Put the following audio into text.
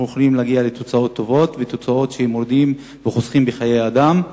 אנחנו יכולים להגיע לתוצאות טובות ותופעות שמורידות וחוסכות בחיי אדם.